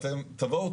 אתם תבואו,